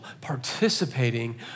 Participating